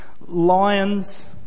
lions